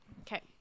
okay